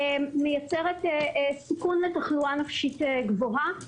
מייצרת סיכון לתחלואה נפשית גבוהה.